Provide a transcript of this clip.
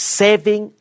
saving